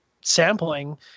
sampling